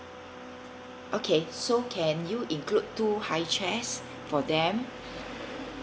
okay so can you include two high chairs for them